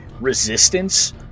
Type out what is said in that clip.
resistance